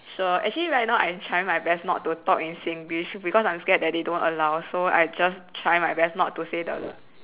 sure actually right now I am trying my best to not talk in Singlish because I'm scared that they don't allow so I just try my best not to say the